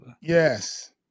Yes